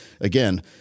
again